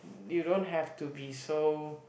you don't have to be so